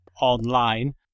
online